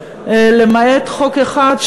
למעט חוק אחד,